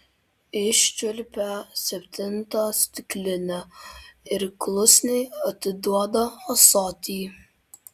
iščiulpia septintą stiklinę ir klusniai atiduoda ąsotį